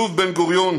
שוב, בן-גוריון